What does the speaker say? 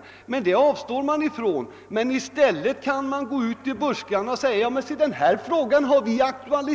Oppositionen avstår härifrån och går i stället ut i buskarna och säger, att den aktualiserat frågan